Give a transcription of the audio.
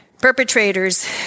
perpetrators